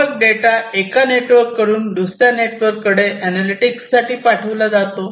मग डेटा एका नेटवर्क कडून दुसऱ्या नेटवर्क कडे अनॅलिटिक्स साठी पाठविला जातो